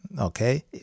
Okay